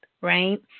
right